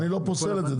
אני לא פוסל את זה,